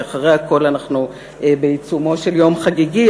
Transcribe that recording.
כי אחרי הכול אנחנו בעיצומו של יום חגיגי,